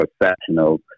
professionals